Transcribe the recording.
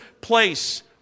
place